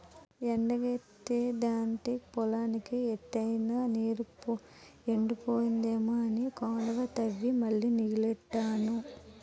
ఎండెక్కిదంటే పొలానికి ఎట్టిన నీరు ఎండిపోద్దేమో అని కాలువ తవ్వి మళ్ళీ నీల్లెట్టాను